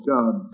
God